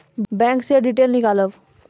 Bank से detail नीकालव?